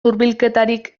hurbilketarik